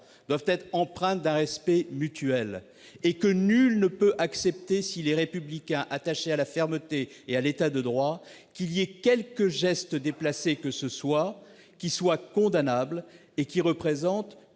-doivent être empreintes d'un respect mutuel. Nul ne peut accepter s'il est républicain, attaché à la fermeté et à l'État de droit, qu'il y ait quelque geste déplacé que ce soit qui soit condamnable et qui représente